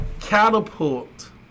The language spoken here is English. Catapult